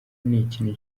n’ikintu